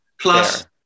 plus